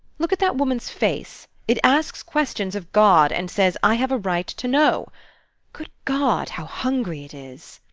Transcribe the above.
look at that woman's face! it asks questions of god, and says, i have a right to know good god, how hungry it is!